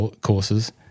courses